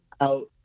out